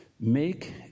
make